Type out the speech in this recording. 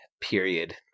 period